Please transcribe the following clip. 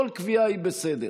כל קביעה היא בסדר,